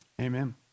Amen